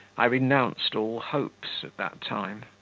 i renounced all hopes, at that time.